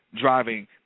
Driving